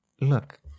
Look